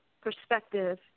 perspective